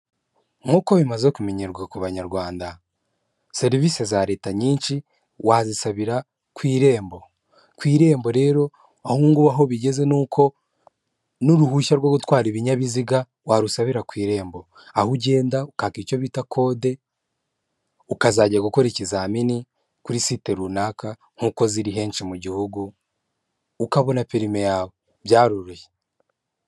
Nkuko bimaze kumenyerwa ku banyarwanda. Serivisi za Leta nyinshi wazisabira ku Irembo. Ku Irembo rero aho ubu ngubu aho bigeze ni uko n'uruhushya rwo gutwara ibinyabiziga warusabira ku Irembo. Aho ugenda ukaka icyo bita kode, ukazajya gukora ikizamini kuri site runaka, nkuko ziri henshi mu gihugu, ukabona perime yawe. Byaroroshye.